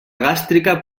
gàstrica